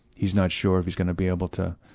he's not sure if he's gonna be able to